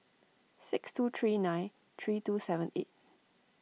six two three nine three two seven eight